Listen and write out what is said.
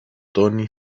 tony